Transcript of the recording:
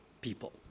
people